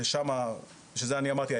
ובשביל זה אני אמרתי,